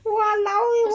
!walao! eh